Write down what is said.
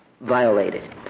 violated